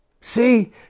See